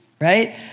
right